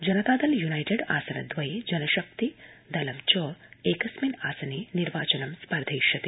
जनता Dal United आसनद्वये लोकजनशक्ति दलं च एकस्मिन् आसने निर्वाचनं स्पर्धयिष्यते